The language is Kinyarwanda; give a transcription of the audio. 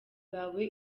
bawe